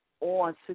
on